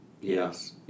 Yes